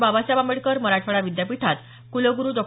बाबासाहेब आंबेडकर मराठवाडा विद्यापीठात कुलगुरु डॉ